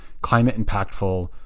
climate-impactful